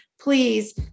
please